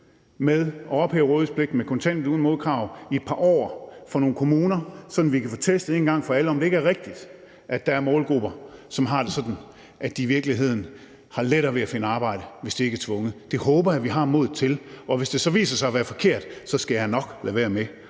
med at ophæve rådighedspligten, med kontanthjælp uden modkrav i et par år for nogle kommuner, sådan at vi en gang for alle kan få testet, om det ikke er rigtigt, at der er målgrupper, som har det sådan, at de i virkeligheden har lettere ved at finde arbejde, hvis de ikke er tvunget. Det håber jeg at vi har modet til, og hvis det så viser sig at være forkert, skal jeg nok lade være med